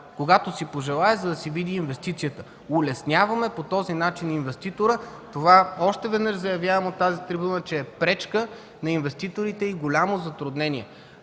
когато си пожелае, за да си види инвестицията. Улесняваме по този начин инвеститора. Това още веднъж заявявам от тази трибуна, че е пречка на инвеститорите и голямо затруднение.